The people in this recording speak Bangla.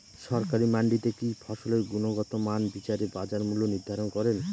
সরকারি মান্ডিতে কি ফসলের গুনগতমান বিচারে বাজার মূল্য নির্ধারণ করেন?